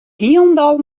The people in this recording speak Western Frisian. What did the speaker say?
hielendal